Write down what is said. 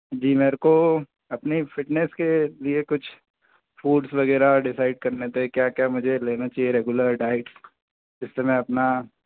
जी मेरे को अपनी फ़िटनेस के लिए कुछ फूड्स वग़ैरह डिसाइड करने थे क्या क्या मुझे लेना चाहिए रेग्युलर डाइट जिससे मैं अपना